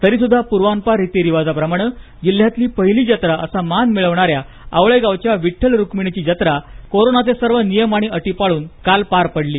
तरीही पूर्वांपार रितीरिवाजाप्रमाणे जिल्ह्यातली पहिली जत्रा असा मान मिळविणाऱ्या आवळेगावच्या विठ्ठल रुक्मिणीची जत्रा आज कोरोनाचे सर्व नियम आणि अटी पाळून होत आहे